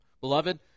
Beloved